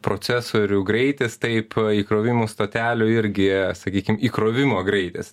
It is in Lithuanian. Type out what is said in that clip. procesorių greitis taip įkrovimų stotelių irgi sakykim įkrovimo greitis